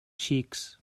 xics